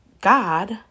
God